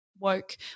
woke